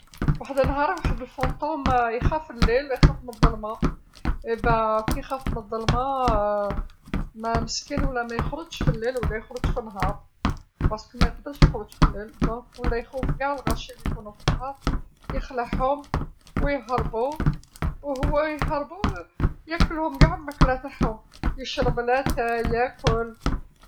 ﻿وحد النهارا وحد الفونتوم يخاف الليل يخاف من الظلمة، أي بان كي يخاف من الظلمه مسكين ولا مايخرجش فليل ولا يخرج في النهار، بارسكو مايقدرش يخرج في الليل دونك ولا يخوف قاع الغاشي اللي يكونو فالنهار، يخلعهم ويهربو، وهو يهربو ياكللهم قاع الماكله تاعهم، يشرب لاتاي ياكل.